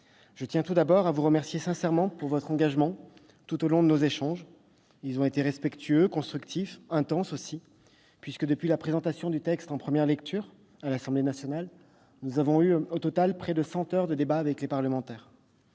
Je tiens tout d'abord à vous remercier sincèrement de votre engagement tout au long de nos échanges. Ils ont été respectueux, constructifs, intenses aussi, puisque, depuis la présentation du texte en première lecture à l'Assemblée nationale, nous avons eu au total près de cent heures de débat avec les parlementaires.